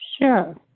sure